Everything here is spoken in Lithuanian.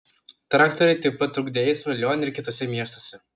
traktoriai taip pat trukdė eismą lione ir kituose miestuose